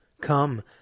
Come